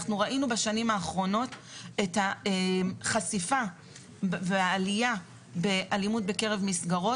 אנחנו ראינו בשנים האחרונות את החשיפה והעלייה באלימות בקרב מסגרות.